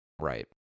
Right